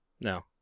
No